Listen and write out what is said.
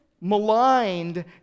maligned